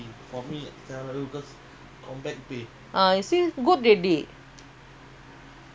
what salary is nowadays compared to last time ah is very good already